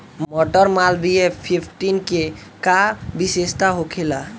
मटर मालवीय फिफ्टीन के का विशेषता होखेला?